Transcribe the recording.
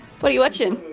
what are you watching?